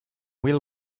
will